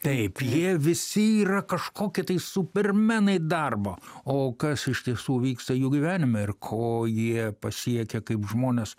taip jie visi yra kažkokie supermenai darbo o kas iš tiesų vyksta jų gyvenime ir ko jie pasiekia kaip žmonės